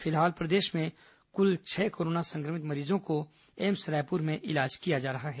फिलहाल प्रदेश में कुछ छह कोरोना संक्रमित मरीजों को एम्स रायपुर में इलाज चल रहा है